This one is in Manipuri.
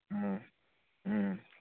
ꯎꯝ ꯎꯝ